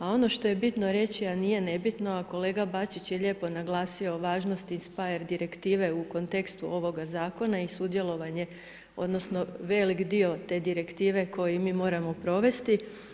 A ono što je bitno reći, a nije nebitno, kolega Bačić je lijepo naglasio o važnosti iz SPIRE direktive u kontekstu ovoga zakona i sudjelovanje, odnosno veliki dio te direktive koju mi moramo provesti.